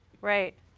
Right